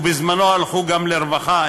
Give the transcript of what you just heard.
ובזמנו הלכו גם לרווחה,